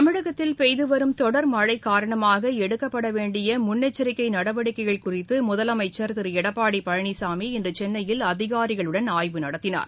தமிழகத்தில் பெய்துவரும் தொடர் மழைகாரணமாகஎடுக்கப்படவேண்டியமுன்னெச்சரிக்கைநடவடிக்கைகள் குறித்துமுதலமைச்சா் திருளடப்பாடிபழனிசாமி இன்றுசென்னையில் அதிகாரிகளுடன் ஆய்வு நடத்தினார்